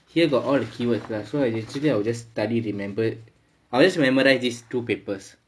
here got all the keywords lah so yesterday I was I will just study remembered I'll just memorise these two papers